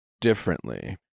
differently